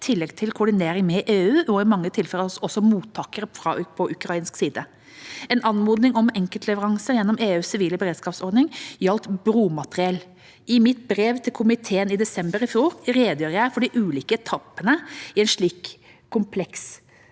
i tillegg til koordinering med EU og i mange tilfeller også med mottakere på ukrainsk side. En anmodning om enkeltleveranser gjennom EUs sivile beredskapsordning gjaldt bromateriell. I mitt brev til komiteen i desember i fjor redegjorde jeg for de ulike etappene i en slik kompleks